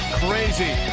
crazy